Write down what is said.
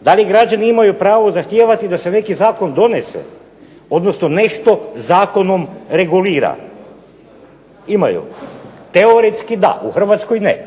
Da li građani imaju pravo zahtijevati da se neki zakon donese, odnosno nešto zakonom regulira? Teoretski da, u Hrvatskoj ne